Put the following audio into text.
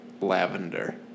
lavender